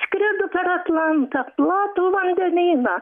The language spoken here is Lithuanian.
skrido per atlantą platų vandenyną